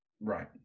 Right